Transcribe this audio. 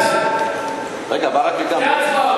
אז, רגע, ברכה גם, לא?